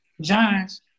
Giants